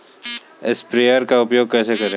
Sprayer का उपयोग कैसे करें?